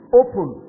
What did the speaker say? open